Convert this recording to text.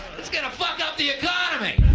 it's gonna fuck up the economy.